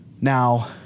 Now